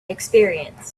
experience